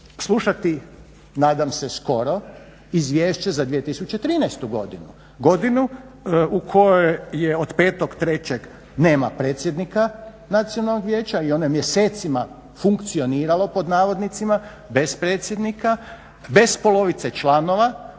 slušati, nadam se skoro, izvješće za 2013. godinu, godinu u kojoj od 05.03. nema predsjednika Nacionalnog vijeća i ono je mjesecima funkcioniralo, pod navodnicima, bez predsjednika, bez polovice članova,